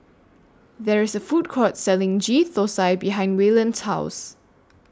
There IS A Food Court Selling Ghee Thosai behind Wayland's House